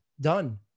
Done